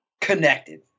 connected